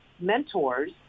mentors